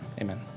amen